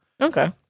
Okay